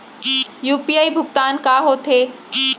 UPI भुगतान का होथे?